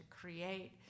create